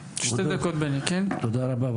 תודה רבה.